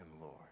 Lord